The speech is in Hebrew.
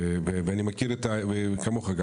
כמוך ואני מכיר כמוך,